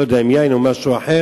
אני לא יודע אם יין או משהו אחר,